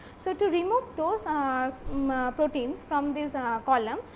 so, to remove those ah those proteins from this column,